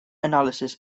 analysis